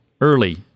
early